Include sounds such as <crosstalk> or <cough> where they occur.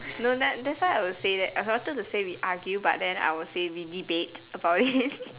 no that that's why I would say that I was wanted to say we argue but then I will say we debate about it <laughs>